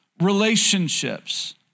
relationships